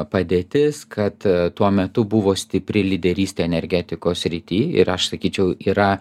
padėtis kad tuo metu buvo stipri lyderystė energetikos srity ir aš sakyčiau yra